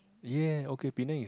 ya okay Penang is